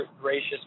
gracious